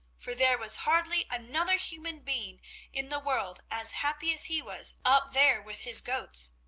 for there was hardly another human being in the world as happy as he was up there with his goats.